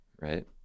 right